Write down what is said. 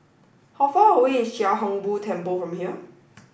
how far away is Chia Hung Boo Temple from here